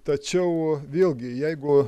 tačiau vėlgi jeigu